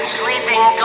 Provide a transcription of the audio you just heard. sleeping